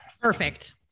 Perfect